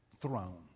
throne